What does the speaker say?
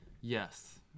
Yes